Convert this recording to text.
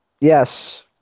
Yes